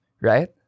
right